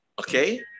Okay